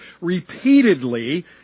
repeatedly